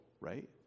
right